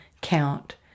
count